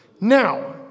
Now